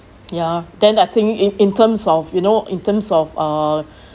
ya then I think in in terms of you know in terms of uh